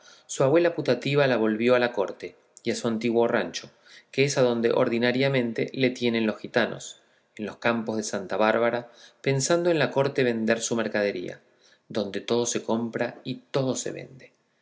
su abuela putativa la volvió a la corte y a su antiguo rancho que es adonde ordinariamente le tienen los gitanos en los campos de santa bárbara pensando en la corte vender su mercadería donde todo se compra y todo se vende